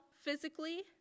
physically